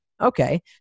okay